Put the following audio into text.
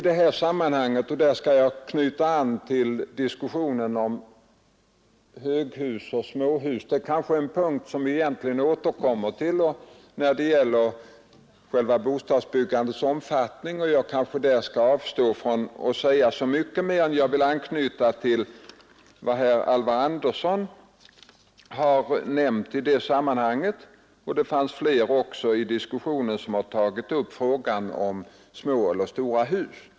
Diskussionen om höghus och småhus får vi väl egentligen återkomma till i samband med frågan om själva bostadsbyggandets omfattning, och jag skall därför avstå från att säga så mycket. Jag vill emellertid anknyta till vad Alvar Andersson i Knäred har nämnt i det sammanhanget; det är för övrigt flera talare i debatten som har tagit upp frågan om små eller stora hus.